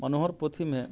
मनोहर पोथीमे